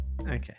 Okay